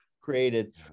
created